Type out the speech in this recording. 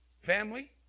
Family